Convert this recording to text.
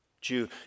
Jew